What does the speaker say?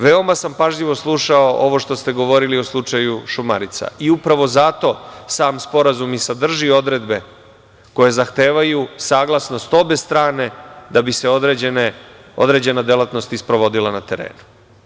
Veoma sam pažljivo slušao ovo što ste govorili o slučaju „Šumarica“ i upravo zato sam sporazum sadrži odredbe koje zahtevaju saglasnost obe strane da bi se određene delatnosti sprovodile na terenu.